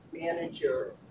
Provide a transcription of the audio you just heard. manager